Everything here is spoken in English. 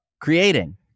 creating